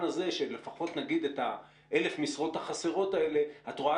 הזה שלפחות נגיד את 1,000 המשרות החסרות האלה את רואה